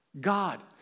God